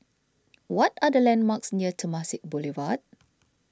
what are the landmarks near Temasek Boulevard